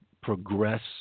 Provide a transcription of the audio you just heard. progress